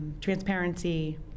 transparency